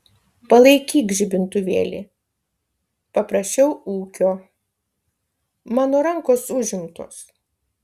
palaikyk žibintuvėlį paprašiau ūkio mano rankos užimtos